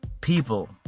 people